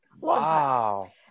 Wow